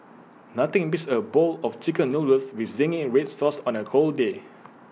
nothing beats A bowl of Chicken Noodles with Zingy Red Sauce on A cold day